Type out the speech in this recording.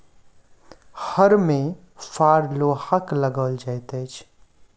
हर मे फार लोहाक लगाओल जाइत छै